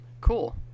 Cool